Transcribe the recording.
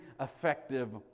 effective